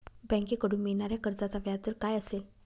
बँकेकडून मिळणाऱ्या कर्जाचा व्याजदर काय असेल?